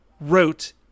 wrote